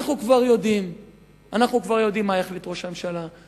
אנחנו כבר יודעים מה יחליט ראש הממשלה.